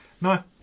No